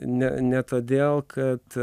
ne ne todėl kad